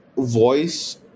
Voice